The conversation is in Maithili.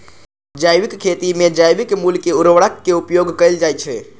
जैविक खेती मे जैविक मूल के उर्वरक के उपयोग कैल जाइ छै